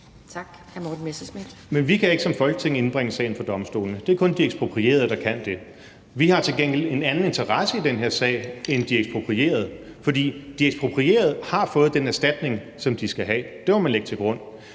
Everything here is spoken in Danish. Men vi kan ikke som Folketing indbringe sagen for domstolene. Det er kun de eksproprierede, der kan det. Vi har til gengæld en anden interesse i den her sag end de eksproprierede, for de eksproprierede har fået den erstatning, som de skal have; det må man lægge til grund.